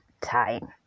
time